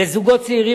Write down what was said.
לזוגות צעירים,